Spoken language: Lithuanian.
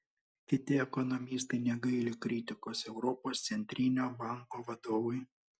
kiti ekonomistai negaili kritikos europos centrinio banko vadovui